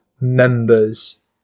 members